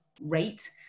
rate